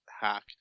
Hack